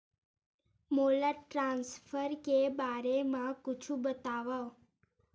मोला ट्रान्सफर के बारे मा कुछु बतावव?